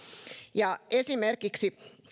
esimerkiksi